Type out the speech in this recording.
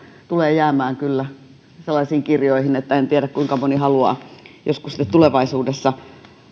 tulee jäämään kyllä historiaan sellaisiin kirjoihin että en tiedä kuinka moni haluaa joskus sitten tulevaisuudessa